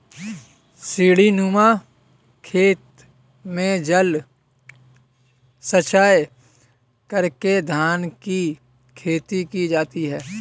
सीढ़ीनुमा खेत में जल संचय करके धान की खेती की जाती है